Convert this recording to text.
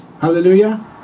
Hallelujah